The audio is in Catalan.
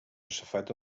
safata